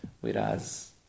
whereas